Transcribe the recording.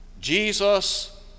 Jesus